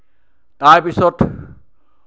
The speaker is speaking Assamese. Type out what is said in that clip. তাৰপিছত